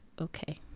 Okay